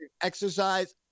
exercise